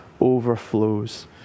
overflows